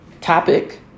Topic